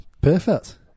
Perfect